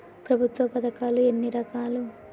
ప్రభుత్వ పథకాలు ఎన్ని రకాలు?